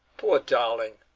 poor darling!